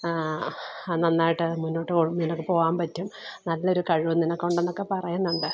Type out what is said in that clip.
നന്നായിട്ട് മുന്നോട്ടുപോകും നിനക്ക് പോകാൻ പറ്റും നല്ലൊരു കഴിവു നിനക്കുണ്ടെന്നൊക്കെ പറയുന്നുണ്ട്